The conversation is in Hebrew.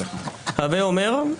הווה אומר,